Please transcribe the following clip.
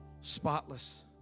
Spotless